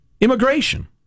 Immigration